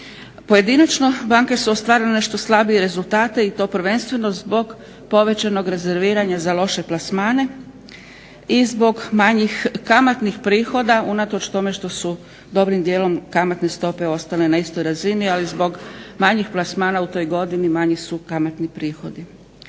Pojedinačno banke su ostvarile nešto slabije rezultate i to prvenstveno zbog povećanog rezerviranja za loše plasmane i zbog manjih kamatnih prihoda unatoč tome što su dobrim dijelom kamatne stope ostale na istoj razini, ali zbog manjih plasmana u toj godini manji su kamatni prihodi.